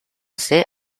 ser